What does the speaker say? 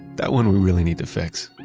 that one we really need to fix,